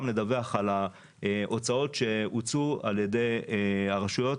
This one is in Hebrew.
לדווח על ההוצאות שהוצאו על ידי הרשויות,